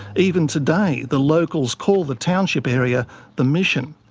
even today, the locals call the township area the mission.